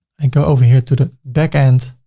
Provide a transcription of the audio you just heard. and go over here to the back and